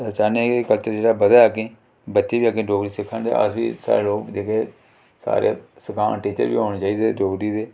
ते अस चाह्न्ने आं कि एह् कल्चर जेह्ड़ा बधै अग्गैं बच्चे बी अग्गैं डोगरी सिक्खन ते अस बी साढ़े लोग जेह्के सारे सखान टीचर बी होने चाहिदे डोगरी दे